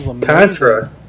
Tantra